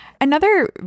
Another-